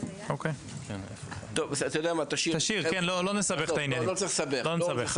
אתה יודע מה, תשאיר לא צריך לסבך.